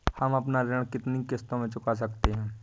हम अपना ऋण कितनी किश्तों में चुका सकते हैं?